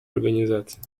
организацией